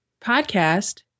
podcast